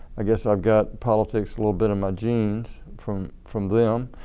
i guess, i've got politics a little bit in my genes from from them.